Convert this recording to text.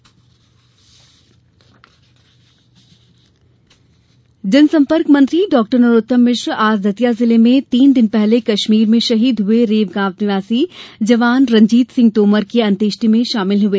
नरोत्तम मिश्रा जनसम्पर्क मंत्री डॉ नरोत्तम मिश्र आज दतिया जिले में तीन दिन पहले कश्मीर में शहीद हुए रेव गांव निवासी जवान रंजीत सिंह तोमर की अंत्येष्टि में शामिल हुए